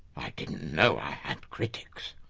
i didn't know i had critics.